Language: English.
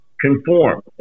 conform